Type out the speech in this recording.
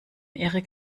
erik